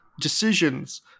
decisions